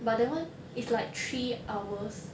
but that [one] is like three hours